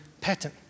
pattern